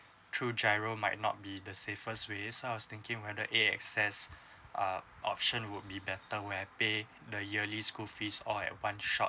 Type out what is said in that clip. through giro might not be the safest way so I was thinking whether A_X_S uh option would be better when I pay the yearly school fees all at one shot